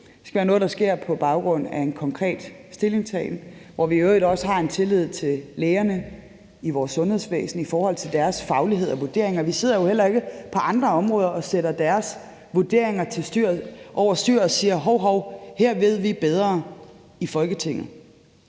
Det skal være noget, der sker på baggrund af en konkret stillingtagen, hvor vi i øvrigt også har en tillid til lægerne i vores sundhedsvæsen i forhold til deres faglighed og vurderinger. Vi sidder jo heller ikke på andre områder og sætter deres vurderinger over styr og siger: Hov hov, her i Folketinget